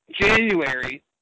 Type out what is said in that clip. January